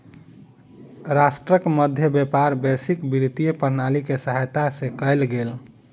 राष्ट्रक मध्य व्यापार वैश्विक वित्तीय प्रणाली के सहायता से कयल गेल